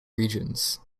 regions